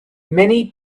many